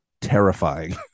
terrifying